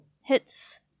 hits